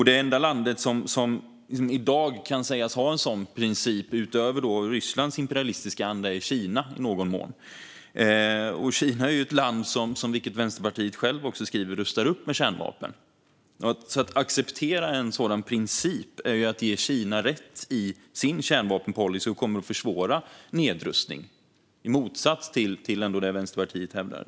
Det enda land som i dag kan sägas ha en sådan princip, utöver Rysslands imperialistiska anda, är i någon mån Kina. Kina är ett land som, som Vänsterpartiet självt skriver, rustar upp med kärnvapen. Att acceptera en sådan princip är att ge Kina rätt i sin kärnvapenpolicy och kommer att försvåra nedrustning, i motsats till det Vänsterpartiet hävdar.